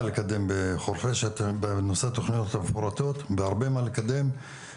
לקדם בחורפיש בנושא התוכניות המפורטות והרבה מה לקדם.